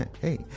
Hey